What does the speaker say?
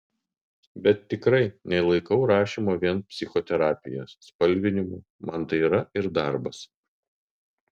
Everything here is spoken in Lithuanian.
bet tikrai nelaikau rašymo vien psichoterapija spalvinimu man tai yra ir darbas